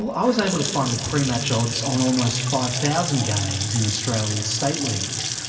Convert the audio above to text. i was able to find the pre-match odds on almost five thousand games in australia's state leagues,